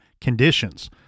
conditions